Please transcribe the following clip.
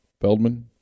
Feldman